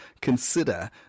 consider